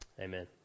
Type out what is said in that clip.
Amen